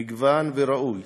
מגוון וראוי